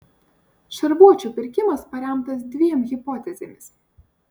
šarvuočių pirkimas paremtas dviem hipotezėmis